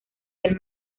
del